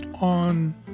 on